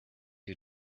you